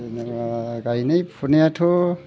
गायनाय फुनायाथ'